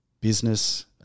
business